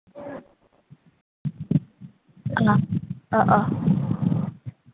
অ' অ'